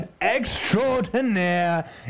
extraordinaire